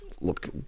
Look